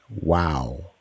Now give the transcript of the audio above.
wow